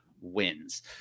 wins